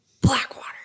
Blackwater